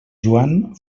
joan